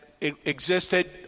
Existed